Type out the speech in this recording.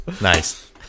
Nice